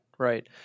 Right